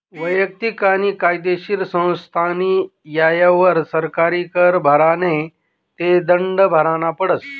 वैयक्तिक आणि कायदेशीर संस्थास्नी येयवर सरकारी कर भरा नै ते दंड भरना पडस